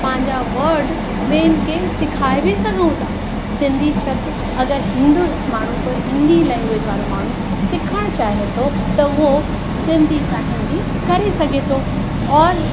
पंहिंजा वर्ड ॿियनि खे सिखाए बि सघूं था सिंधी शब्द अगरि हिंदु माण्हू कोई हिंदी लैंग्वेज वारो माण्हू सिखणु चाहे थो त उहो सिंधी सां हिंदी करे सघे थो औरि